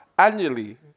Annually